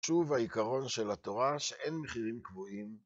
שוב העיקרון של התורה שאין מחירים קבועים.